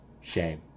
Shame